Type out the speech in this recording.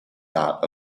dot